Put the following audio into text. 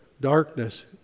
darkness